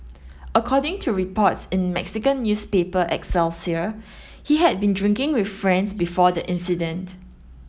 according to reports in Mexican newspaper Excelsior he had been drinking with friends before the incident